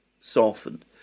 softened